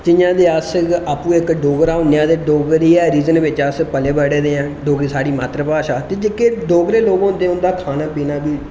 जि'यां आपू अस इक डोगरा होन्ने आं ते डोगरा रीजन बिच पले दे आं ते डोगरी साढ़ी मात्तर भाशा ऐ ते जेहके डोगरे लोक होंदे उंदा खाना पीना बी